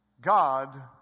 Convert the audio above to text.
God